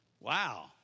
Wow